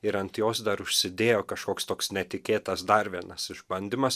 ir ant jos dar užsidėjo kažkoks toks netikėtas dar vienas išbandymas